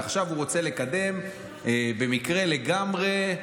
עכשיו הוא רוצה לקדם לגמרי במקרה,